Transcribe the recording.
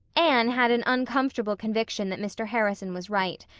anne had an uncomfortable conviction that mr. harrison was right,